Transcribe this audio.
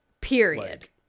period